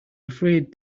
afraid